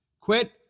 quit